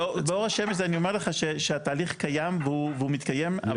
באור השמש אני אומר לך שהתהליך קיים והוא מתקיים,